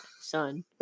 Son